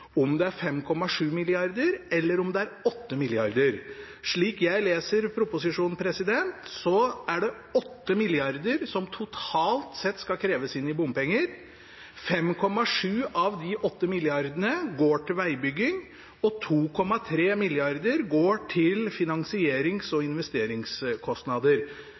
om det er 5,7 mrd. kr eller om det er 8 mrd. kr. Slik jeg leser proposisjonen, er det 8 mrd. kr som totalt sett skal kreves inn i bompenger. 5,7 av de 8 mrd. kr går til vegbygging, og 2,3 mrd. kr går til finansierings- og investeringskostnader.